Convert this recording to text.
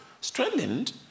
strengthened